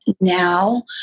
now